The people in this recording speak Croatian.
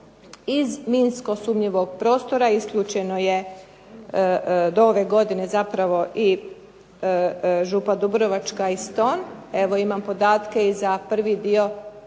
Iz minsko sumnjivog područja isključeno je do ove godine zapravo i Župa dubrovačka i Ston. Evo imam podatke i za prvi dio 2010.